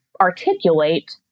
articulate